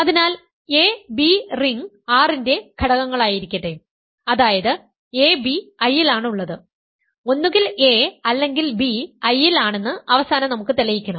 അതിനാൽ a b ring R ന്റെ ഘടകങ്ങളായിരിക്കട്ടെ അതായത് ab I ലാണുള്ളത് ഒന്നുകിൽ a അല്ലെങ്കിൽ b I ൽ ആണെന്ന് അവസാനം നമുക്ക് തെളിയിക്കണം